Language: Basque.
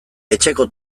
etxeko